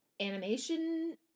Animation